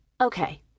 okay